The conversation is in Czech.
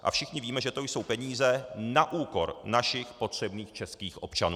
A všichni víme, že to jsou peníze na úkor našich potřebných českých občanů.